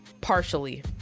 partially